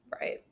Right